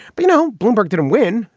but you know, bloomberg didn't win.